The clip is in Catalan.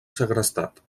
segrestat